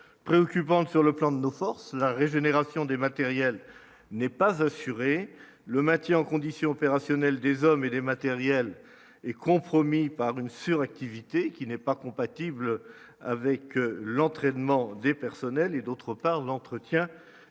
préoccupante sur le plan de nos forces, la régénération des matériels n'est pas assuré le maintien en condition opérationnelle des hommes et des matériels est compromis par une suractivité qui n'est pas compatible avec l'entraînement des personnels et, d'autre part, l'entretien